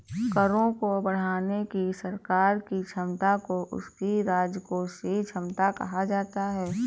करों को बढ़ाने की सरकार की क्षमता को उसकी राजकोषीय क्षमता कहा जाता है